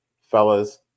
fellas